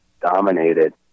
dominated